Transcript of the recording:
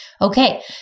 Okay